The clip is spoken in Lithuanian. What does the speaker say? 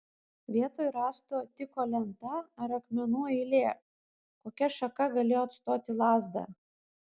vietoj rąsto tiko lenta ar akmenų eilė kokia šaka galėjo atstoti lazdą